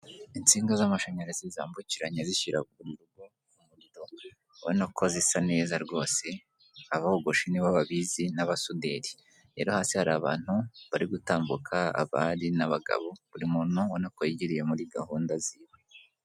Insinga z'amashanyarazi zambukiranya zishyira umuriro mu ngo, urabona ko zisa neza rwose, abogoshi nibo babizi n'abasuderi, rero hasi hari abantu bari gutambuka, abari n'abagabo, buri muntu urabona ko yigiriye muri gahunda ziwe.